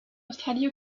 australie